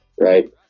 right